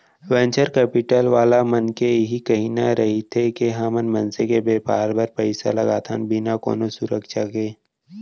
venture capital वाला मन के इही कहिना रहिथे के हमन मनसे के बेपार बर पइसा लगाथन बिना कोनो सुरक्छा के